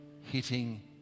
hitting